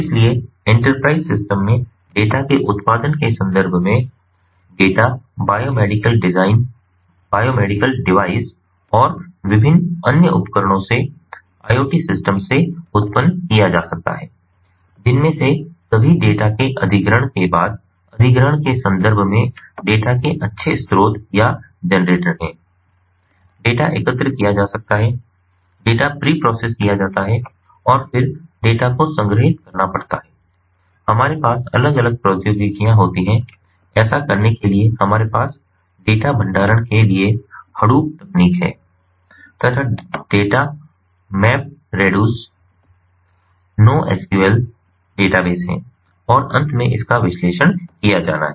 इसलिए enterprise system से data के उत्पादन के संदर्भ में डेटा बायोमेडिकल डिवाइस और विभिन्न अन्य उपकरणों से IoT सिस्टम से उत्पन्न किया जा सकता है जिनमें से सभी डेटा के अधिग्रहण के बाद अधिग्रहण के संदर्भ में डेटा के अच्छे स्रोत या जनरेटर हैं डेटा एकत्र किया जा सकता है डेटा प्रीप्रोसेस किया जाता है और फिर डेटा को संग्रहीत करना पड़ता है हमारे पास अलग अलग प्रौद्योगिकियां होती हैं ऐसा करने के लिए हमारे पास डेटा भंडारण के लिए हडूप तकनीक है तथा डेटा मैपरेडूस नोएसक्यूएल डेटाबेस है और अंत में उनका विश्लेषण किया जाना है